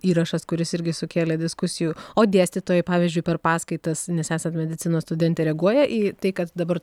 įrašas kuris irgi sukėlė diskusijų o dėstytojai pavyzdžiui per paskaitas nes esat medicinos studentė reaguoja į tai kad dabar